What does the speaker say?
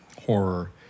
horror